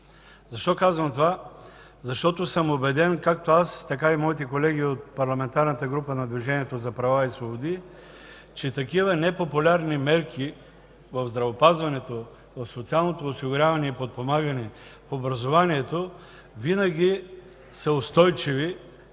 Защо казвам това? Защото съм убеден – както аз, така и моите колеги от Парламентарната група на Движението за права и свободи, че такива непопулярни мерки в здравеопазването, в социалното осигуряване и подпомагане, в образованието винаги са устойчиви